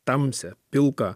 tamsią pilką